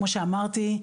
כמו שאמרתי,